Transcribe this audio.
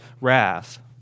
wrath